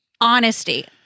honesty